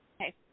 Okay